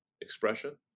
expression